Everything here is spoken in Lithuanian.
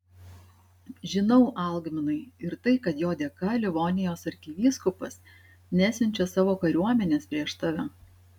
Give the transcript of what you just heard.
žinau algminai ir tai kad jo dėka livonijos arkivyskupas nesiunčia savo kariuomenės prieš tave